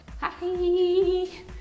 Happy